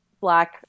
black